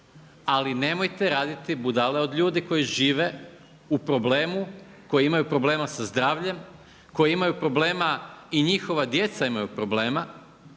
ali nemojte raditi budalu od ljudi koji žive u problemu, koji imaju problema sa zdravljem, koji imaju problema i njihova djeca imaju problema,